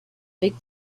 big